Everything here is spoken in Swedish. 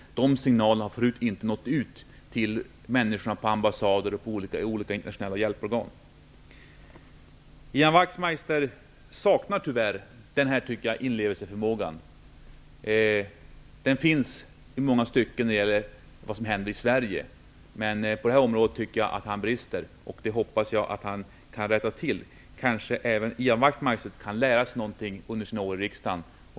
De signalerna har tidigare inte nått ut till personalen på ambassader och i olika internationella hjälporgan. Ian Wachtmeister saknar tyvärr den här inlevelseförmågan, tycker jag. Den finns i många stycken när det gäller vad som händer i Sverige. Men jag tycker att han brister på det här området. Det hoppas jag att han kan rätta till. Kanske även Ian Wachtmeister kan lära sig någonting under sina år i riksdagen.